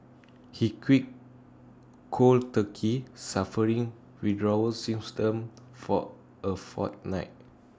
he quit cold turkey suffering withdrawal for A fortnight